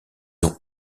ont